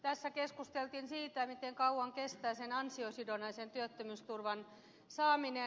tässä keskusteltiin siitä miten kauan kestää sen ansiosidonnaisen työttömyysturvan saaminen